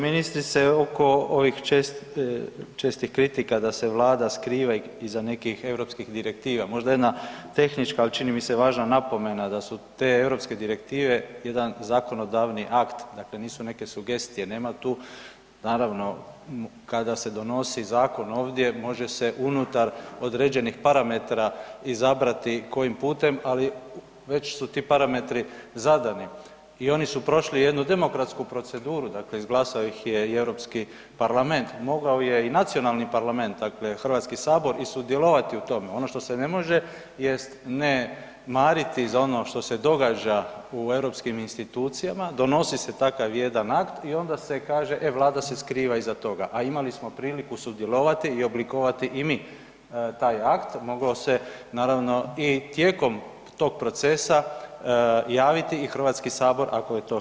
Ministrice, oko ovih čestih kritika da se Vlada skriva iza nekih europskih direktiva, možda jedna tehnička ali čini mi se važna napomena da su te europske direktive jedan zakonodavni akt, dakle nisu neke sugestije, nema tu naravno kada se donosi zakon ovdje, može se unutar određenih parametara izabrati kojim putem ali već su ti parametri zadani i oni su prošli jednu demokratsku proceduru, dakle izglasao ih je i Europski parlament, mogao je i nacionalni parlament, dakle Hrvatski sabor i sudjelovat u tom, ono što se ne može jest ne mariti za ono što se događa u europskim institucijama, donosi se takav jedan akt i onda se kaže, e Vlada se skriva iza toga a imali smo priliku sudjelovati i oblikovati i mi taj akt, mogao se naravno i tijekom tog procesa javiti i Hrvatski sabor ako je to htio.